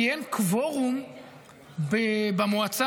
כי אין קוורום במועצה,